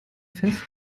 fest